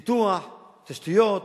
פיתוח, תשתיות,